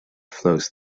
flows